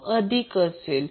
तो अधिक असेल